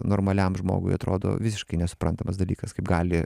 normaliam žmogui atrodo visiškai nesuprantamas dalykas kaip gali